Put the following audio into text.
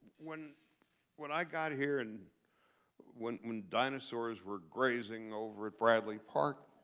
when when i got here and when when dinosaurs were grazing over at bradley park,